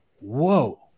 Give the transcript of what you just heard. whoa